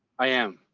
i am.